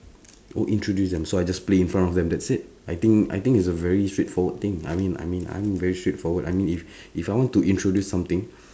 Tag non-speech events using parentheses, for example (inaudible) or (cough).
oh introduce them so I just play in front of them that's it I think I think it's a very straightforward thing I mean I mean very straightforward I mean if (breath) if I want to introduce something (breath)